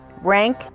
rank